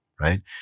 right